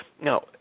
Now